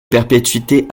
perpétuité